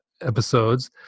episodes